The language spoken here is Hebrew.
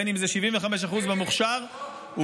בין שזה 75% במוכש"ר,